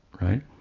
right